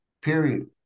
Period